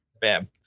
Bam